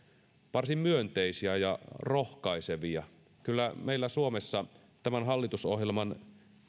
varsin myönteisiä ja rohkaisevia kyllä meillä suomessa tämän hallitusohjelman